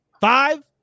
Five